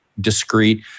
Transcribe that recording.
discreet